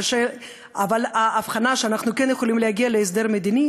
אבל האבחנה שאנחנו כן יכולים להגיע להסדר מדיני